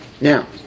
Now